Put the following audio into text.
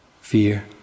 fear